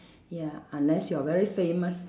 ya unless you are very famous